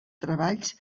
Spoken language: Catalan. treballs